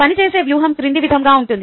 పని చేసే వ్యూహం క్రింది విధంగా ఉంటుంది